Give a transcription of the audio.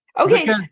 Okay